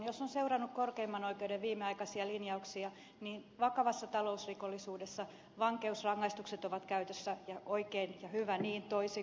jos on seurannut korkeimman oikeuden viimeaikaisia linjauksia niin vakavassa talousrikollisuudessa vankeusrangaistukset ovat käytössä ja oikein ja hyvä niin toisin kuin väitettiin